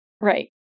Right